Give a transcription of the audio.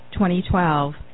2012